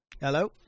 Hello